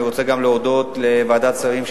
אני רוצה להודות לוועדת השרים,